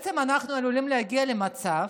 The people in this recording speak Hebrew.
בעצם אנחנו עלולים להגיע למצב,